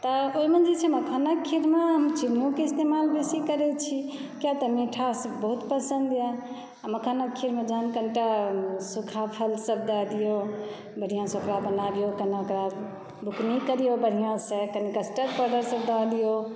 तऽ ओहिमे जे छै मखानक खीर मे हम चीनीके इस्तेमाल बेसी करै छी किया तऽ मीठास बहुत पसन्द यऽ आ मखानक खीरमे जहन कनीटा सूखा फलसब दए दियौ बढ़िआसँ ओकरा बनाबियौ कनी ओकरा बुकनी कऽ दियौ बढ़िआसँ